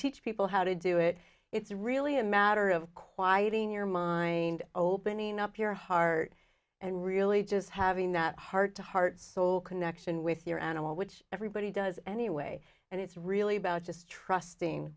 teach people how to do it it's really a matter of quieting your mind opening up your heart and really just having that heart to heart soul connection with your animal which everybody does anyway and it's really about just trusting